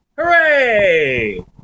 Hooray